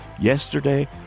yesterday